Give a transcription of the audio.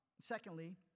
secondly